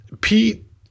Pete